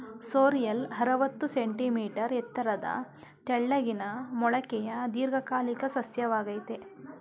sorrel ಅರವತ್ತು centimetre ಎತ್ತರದ ತೆಳ್ಳಗಿನ ಮೂಲಿಕೆಯ ದೀರ್ಘಕಾಲಿಕ ಸಸ್ಯವಾಗಯ್ತೆ